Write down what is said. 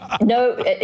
no